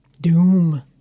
doom